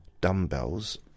dumbbells